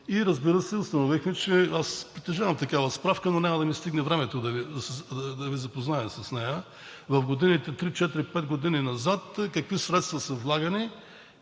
Разбира се, установихме, че – аз притежавам такава справка, но няма да ни стигне времето да Ви запозная с нея – 3, 4, 5 години назад какви средства са влагани,